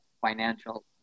Financial